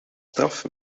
straf